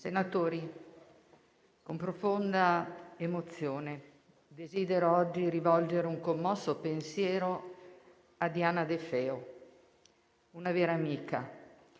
Senatori, con profonda emozione desidero oggi rivolgere un commosso pensiero a Diana De Feo. Una vera amica,